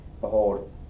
Behold